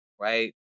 right